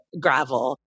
gravel